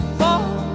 fall